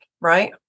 Right